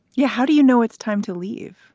yeah how do you know it's time to leave?